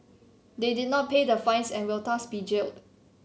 they did not pay the fines and will thus be jailed